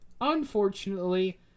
Unfortunately